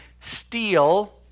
steal